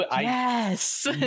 Yes